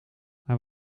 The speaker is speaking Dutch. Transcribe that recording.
hij